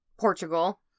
Portugal